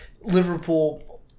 Liverpool